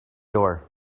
door